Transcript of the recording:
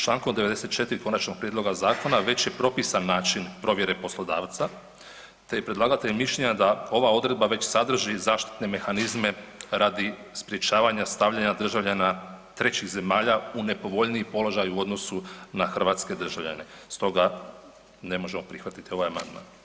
Člankom 94. konačnog prijedloga zakona već je propisan način provjere poslodavaca te je predlagatelj mišljenja da ova odredba već sadrži zaštitne mehanizme radi sprječavanja stavljanja državljana trećih zemalja u nepovoljniji položaj u odnosu na hrvatske državljane, stoga ne možemo prihvatiti ovaj amandman.